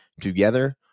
together